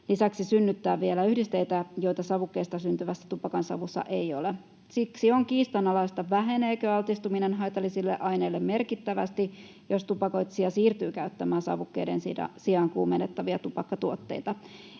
lisäksi synnyttää vielä yhdisteitä, joita savukkeista syntyvässä tupakansavussa ei ole. Siksi on kiistanalaista, väheneekö altistuminen haitallisille aineille merkittävästi, jos tupakoitsija siirtyy käyttämään savukkeiden sijaan kuumennettavia tupakkatuotteita.